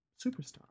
superstar